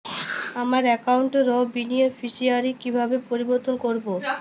আমার অ্যাকাউন্ট র বেনিফিসিয়ারি কিভাবে পরিবর্তন করবো?